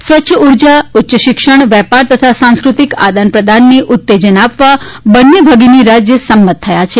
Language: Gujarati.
સ્વચ્છ ઉર્જા ઉચ્યશિક્ષણ વેપાર તથા સાંસ્કૃતિક આદાનપ્રદાનને ઉત્તેજન આપવા બંને ભગીની રાજ્ય સંમત થયા છે